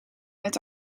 met